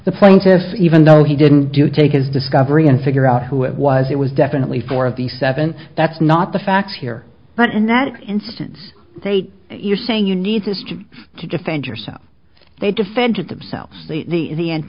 plaintiffs even though he didn't do take his discovery and figure out who it was it was definitely four of the seven that's not the facts here but in that instance they you're saying you need just to defend yourself they defended themselves the the